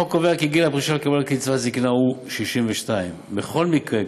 החוק קובע כי גיל הפרישה לקבלת קצבת זיקנה הוא 62. בכל מקרה,